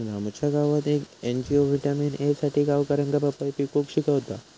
रामूच्या गावात येक एन.जी.ओ व्हिटॅमिन ए साठी गावकऱ्यांका पपई पिकवूक शिकवता